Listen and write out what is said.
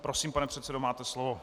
Prosím, pane předsedo, máte slovo.